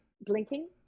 blinking